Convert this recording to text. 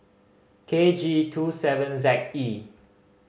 K G Two seven Z E